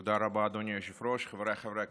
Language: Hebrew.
אדוני היושב-ראש, חבריי חברי הכנסת,